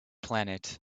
planet